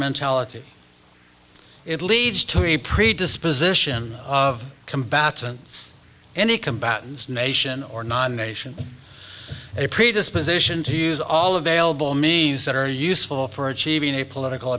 instrumentality it leads to a predisposition of combatant any combatants nation or non nation a predisposition to use all available means that are useful for achieving a political